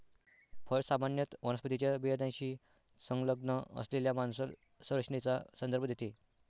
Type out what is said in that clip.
फळ सामान्यत वनस्पतीच्या बियाण्याशी संलग्न असलेल्या मांसल संरचनेचा संदर्भ देते